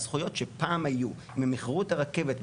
הזכויות שפעם היו והם איחרו את הרכבת,